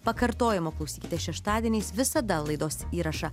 pakartojimo klausykite šeštadieniais visada laidos įrašą